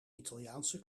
italiaanse